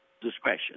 discretion